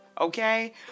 okay